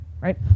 right